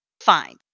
Fine